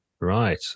Right